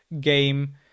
game